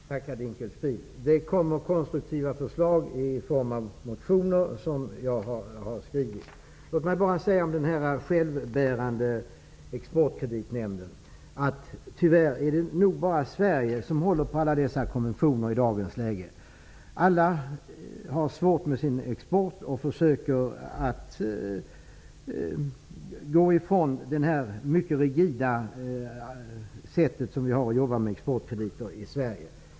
Herr talman! Tack herr Dinkelspiel! Det kommer konstruktiva förslag i form av motioner som jag har skrivit. När det gäller den självbärande Exportkreditnämnden vill jag säga att det i dagens läge tyvärr nog bara är Sverige som håller på alla dessa konventioner. Alla har svårt med sin export och försöker att gå ifrån det mycket rigida arbetssätt som vi har i Sverige när det gäller exportkrediter.